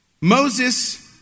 Moses